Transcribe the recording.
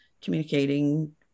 communicating